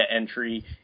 entry